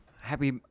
Happy